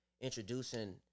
Introducing